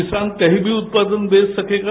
किसान कहीं भी उत्पादन बेच सकेगा